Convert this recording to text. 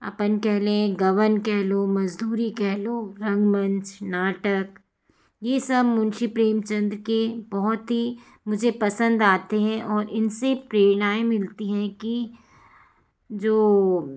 अपन कह लें गबन कह लो मज़दूरी कह लो रंगमंच नाटक ये सब मुंशी प्रेमचंद के बहुत ही मुझे पसंद आती हैं और इनसे प्रेरणाएं मिलती हैं कि जो